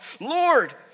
Lord